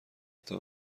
حتی